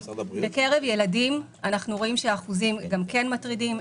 בקרב ילדים אנחנו רואים שהאחוזים גם כן מטרידים.